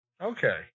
Okay